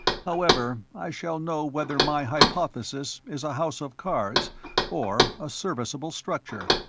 however, i shall know whether my hypothesis is a house of cards or a serviceable structure.